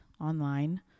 online